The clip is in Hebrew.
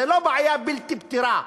זו לא בעיה בלתי פתירה.